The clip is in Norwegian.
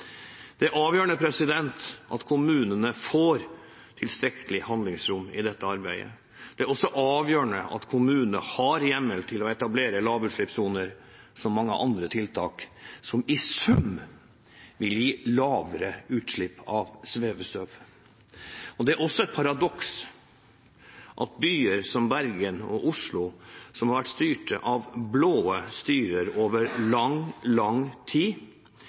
Det er avgjørende at kommunene får tilstrekkelig handlingsrom i dette arbeidet. Det er også avgjørende at kommunene har hjemmel til å etablere lavutslippssoner som et av mange andre tiltak som i sum vil gi lavere utslipp av svevestøv. Det er et paradoks at byer som Bergen og Oslo, som har vært styrt av de blå over lang, lang tid,